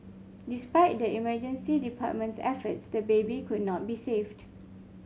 despite the emergency department's efforts the baby could not be saved